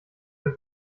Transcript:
der